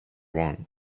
want